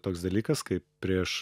toks dalykas kaip prieš